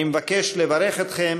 אני מבקש לברך אתכם